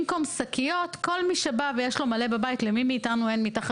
לכן אני מציעה לכל עסק קטן לומר: